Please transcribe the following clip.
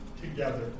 together